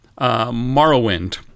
Morrowind